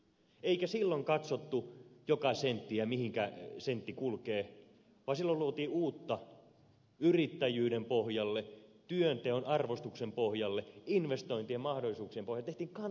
ei silloin katsottu joka senttiä mihinkä sentti kulkee vaan silloin luotiin uutta yrittäjyyden pohjalle työnteon arvostuksen pohjalle investointien mahdollisuuksien pohjalle tehtiin kannustavaa suomea